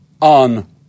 on